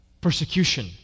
persecution